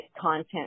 content